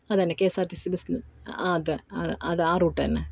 അതുതന്നെ K S R T C ബസ്സിൽ ആ അതെ ആ അത് ആ റൂട്ട് തന്നെ